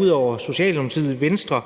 Ud over Socialdemokratiet er Venstre,